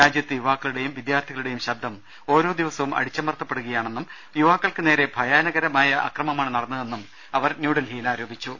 രാജ്യത്ത് യുവാക്കളുടേയും വിദ്യാർഥികളുടേയും ശബ്ദം ഓരോ ദിവസവും അടിച്ചമർത്തപ്പെടുകയാ ണെന്നും യുവാക്കൾക്ക് നേരെ ഭയാനകരമായ അക്രമമാണ് നടന്നതെന്നും അവർ ഡൽഹിയിൽ ആരോപിച്ചു